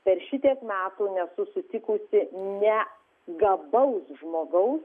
per šitiek metų nesu sutikusi negabaus žmogaus